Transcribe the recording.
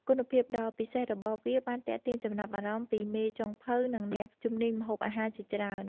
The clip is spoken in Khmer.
គុណភាពដ៏ពិសេសរបស់វាបានទាក់ទាញចំណាប់អារម្មណ៍ពីមេចុងភៅនិងអ្នកជំនាញម្ហូបអាហារជាច្រើន។